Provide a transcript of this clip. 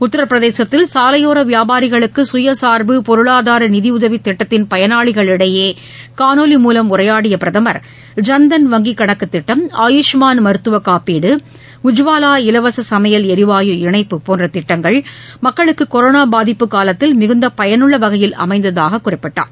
உத்தரப்பிரதேசத்தில் சாலையோரவியாபாரிகளுக்குசுயசார்பு பொருளாதாரநிதியுதவிதிட்டத்தின் பயனாளிகளிடையேகாணொலி மூலம் உரையாடியபிரதமர் ஜன்தன் வங்கிகணக்குதிட்டம் ஆயுஷ்மான் மருத்துவக்காப்பீடு இலவசசமையல் போன்றிட்டங்கள் எரிவாயு இணைப்பு உற்வாலா மக்களுக்குகொரோனாபாதிப்பு காலத்தில் மிகுந்தபயனுள்ளவகையில் அமைந்ததாககுறிப்பிட்டார்